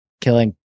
killing